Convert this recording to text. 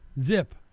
Zip